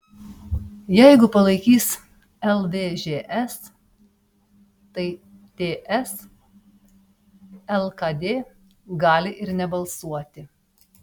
jeigu palaikys lvžs tai ts lkd gali ir nebalsuoti